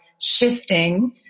shifting